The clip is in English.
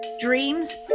Dreams